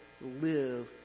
live